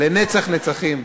לנצח נצחים,